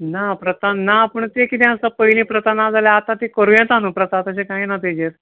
ना प्रथा ना पूण तें कितें आसा पयलीं प्रथा ना जाल्यार आतां ती कोरू येता न्ही प्रथा तशें कांय ना तेजेर